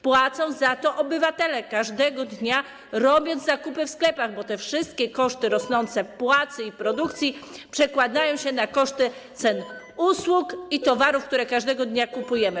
Płacą za to obywatele, każdego dnia robiąc zakupy w sklepach, bo te wszystkie rosnące koszty płacy i produkcji przekładają się na koszty, ceny usług i towarów, które każdego dnia kupujemy.